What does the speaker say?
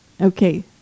Okay